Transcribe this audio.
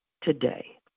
today